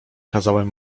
kazałem